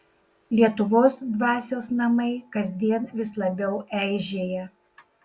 lietuvos dvasios namai kasdien vis labiau eižėja